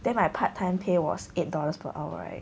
then my part time pay was eight dollars per hour right